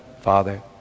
Father